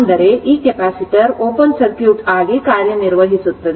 ಅಂದರೆ ಈ capacitor open circuit ಆಗಿ ಕಾರ್ಯನಿರ್ವಹಿಸುತ್ತದೆ